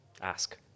ask